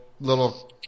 little